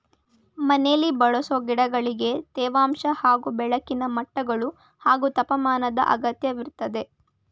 ಮನೆಲಿ ಬೆಳೆಸೊ ಗಿಡಗಳಿಗೆ ತೇವಾಂಶ ಹಾಗೂ ಬೆಳಕಿನ ಮಟ್ಟಗಳು ಹಾಗೂ ತಾಪಮಾನದ್ ಅಗತ್ಯವಿರ್ತದೆ